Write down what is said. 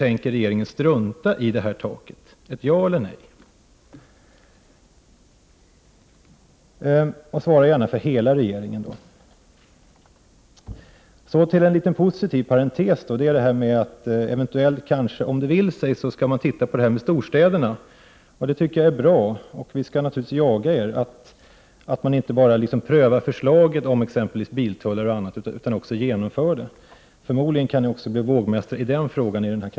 Tänker regeringen strunta i det, ja eller nej? Jag vill att kommunikationsministern skall svara för hela regeringen. Jag vill ta upp en positiv parentes, nämligen att regeringen eventuellt skall se över trafikproblemen i storstäderna. Det tycker jag är bra. Vi i miljöpartiet skall naturligtvis ha en sådan uppsikt över regeringen i fråga om det att regeringen inte bara prövar förslaget om t.ex. biltullar m.m. utan också genomför det. Förmodligen kan socialdemokraterna bli vågmästare i kammaren även i denna fråga.